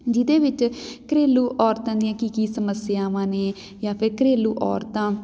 ਜਿਹਦੇ ਵਿੱਚ ਘਰੇਲੂ ਔਰਤਾਂ ਦੀਆਂ ਕੀ ਕੀ ਸਮੱਸਿਆਵਾਂ ਨੇ ਜਾਂ ਫਿਰ ਘਰੇਲੂ ਔਰਤਾਂ